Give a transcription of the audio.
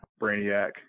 Brainiac